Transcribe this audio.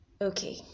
Okay